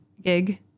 gig